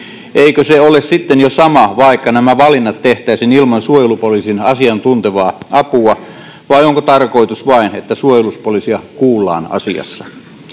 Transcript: Eikö se ole sitten jo sama, vaikka nämä valinnat tehtäisiin ilman suojelupoliisin asiantuntevaa apua, vai onko tarkoitus, että suojelupoliisia vain kuullaan asiassa?